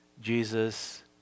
Jesus